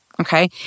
okay